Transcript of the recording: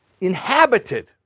inhabited